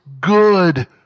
good